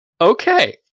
Okay